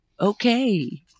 okay